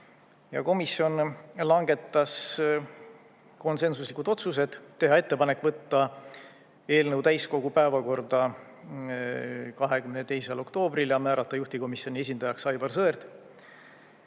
Komisjon langetas konsensuslikud otsused: teha ettepanek võtta eelnõu täiskogu päevakorda 22. oktoobril ja määrata juhtivkomisjoni esindajaks Aivar Sõerd.